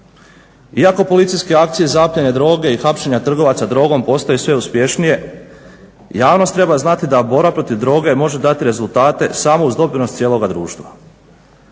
Iako policijske akcije zaplijene droge i hapšenja trgovaca drogom postaju sve uspješnije javnost treba znati da borba protiv droge može dati rezultate samo uz doprinos cijeloga društva.